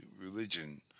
religion